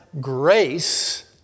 grace